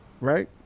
Right